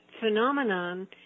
phenomenon